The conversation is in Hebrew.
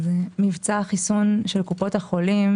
מבצע החיסון של קופות החולים